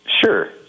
Sure